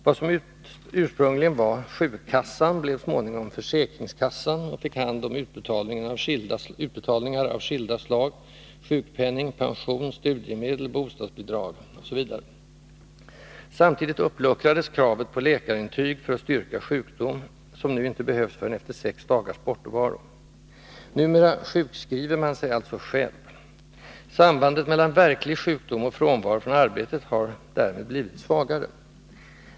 Vad som ursprungligen var ”sjukkassan” blev så småningom ”försäkringskassan” och fick hand om utbetalningar av skilda slag: sjukpenning, pension, studiemedel, bostadsbidrag osv. Samtidigt uppluckrades kravet på läkarintyg för att styrka sjukdom, som nu inte behövs förrän efter sex dagars bortovaro. Numera ”sjukskriver” man sig alltså själv. Sambandet mellan verklig sjukdom och frånvaro från arbetet har därmed blivit svagare.